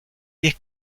diez